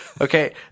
Okay